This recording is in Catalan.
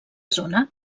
zona